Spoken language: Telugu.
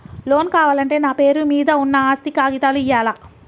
లోన్ కావాలంటే నా పేరు మీద ఉన్న ఆస్తి కాగితాలు ఇయ్యాలా?